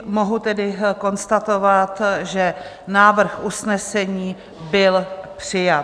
Mohu tedy konstatovat, že návrh usnesení byl přijat.